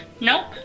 Nope